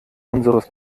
unseres